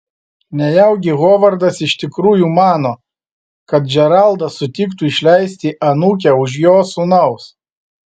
nejaugi hovardas iš tikrųjų mano kad džeraldas sutiktų išleisti anūkę už jo sūnaus